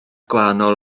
gwahanol